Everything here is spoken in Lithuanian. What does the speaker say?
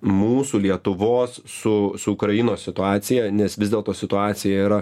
mūsų lietuvos su su ukrainos situacija nes vis dėlto situacija yra